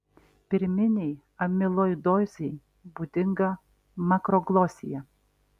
pirminei amiloidozei būdinga makroglosija